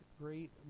great